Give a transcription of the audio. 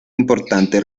importante